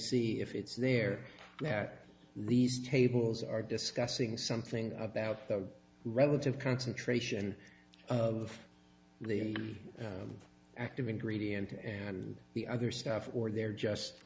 see if it's there where these tables are discussing something about the relative concentration of the active ingredient and the other stuff or they're just